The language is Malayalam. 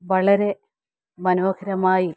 വളരെ മനോഹരമായ്